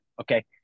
okay